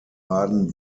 baden